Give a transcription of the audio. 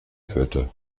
führte